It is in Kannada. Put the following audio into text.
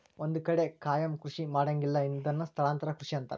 ಒಂದ ಕಡೆ ಕಾಯಮ ಕೃಷಿ ಮಾಡಂಗಿಲ್ಲಾ ಇದನ್ನ ಸ್ಥಳಾಂತರ ಕೃಷಿ ಅಂತಾರ